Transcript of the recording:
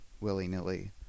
willy-nilly